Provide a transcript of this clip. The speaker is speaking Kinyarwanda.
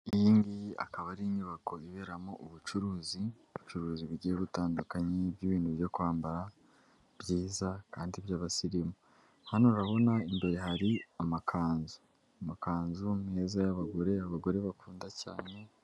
Iyi ngiyi akaba ari inyubako iberamo ubucuruzi, ubucuruzi bugiye butandukanye bw'ibintu byo kwambara, byiza kandi by'abasirimu. Hano urabona imbere hari amakanzu. Amakanzu meza y'abagore, abagore bakunda cyane